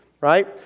Right